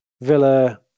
Villa